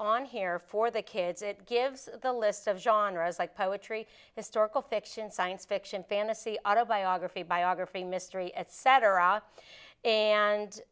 on here for the kids it gives the list of genres like poetry historical fiction science fiction fantasy autobiography biography mystery etc and